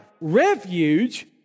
refuge